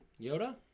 Yoda